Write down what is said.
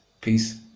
Peace